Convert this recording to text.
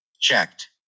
Checked